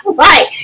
Right